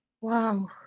Wow